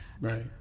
right